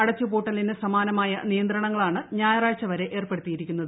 അടച്ചുപൂട്ടലിന് സമാനമായ നിയന്ത്രണങ്ങളാണ് ഞായറാഴ്ച വരെ ഏർപ്പെടുത്തിയിരിക്കുന്നത്